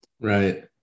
right